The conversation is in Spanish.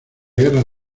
guerra